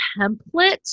template